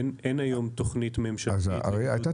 אין היום תוכנית ממשלתית --- הרי הייתה